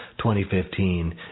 2015